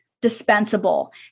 dispensable